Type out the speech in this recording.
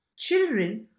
Children